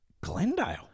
Glendale